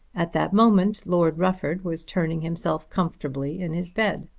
at that moment lord rufford was turning himself comfortably in his bed.